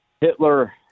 Hitler